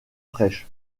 fraîches